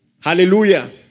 Hallelujah